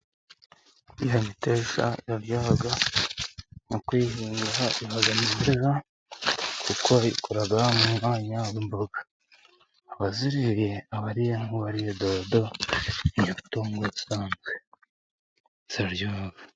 Imiteja iraryoha, mu kuyihinga iba myiza kuko ikora mu mwanya w'imbaga uwaziriye abariye nk'uwariye dodo ngo ubusanzwe ziraryo.